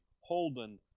holden